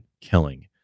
killing